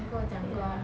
ya